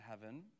heaven